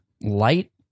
light